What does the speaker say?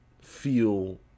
feel